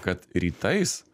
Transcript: kad rytais